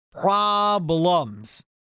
problems